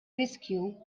riskju